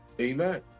amen